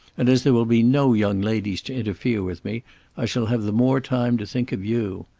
and as there will be no young ladies to interfere with me i shall have the more time to think of you.